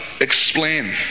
explain